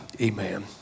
Amen